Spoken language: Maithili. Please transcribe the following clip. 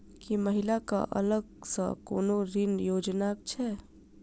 की महिला कऽ अलग सँ कोनो ऋण योजना छैक?